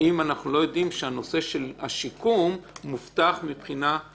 אם אנחנו לא יודעים שהנושא של השיקום מובטח כספית.